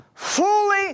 Fully